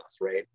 right